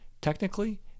Technically